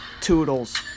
Toodles